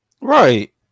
Right